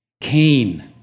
Cain